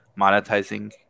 monetizing